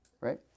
Right